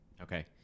Okay